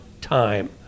time